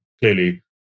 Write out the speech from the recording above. clearly